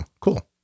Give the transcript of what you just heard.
cool